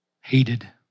hated